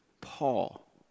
Paul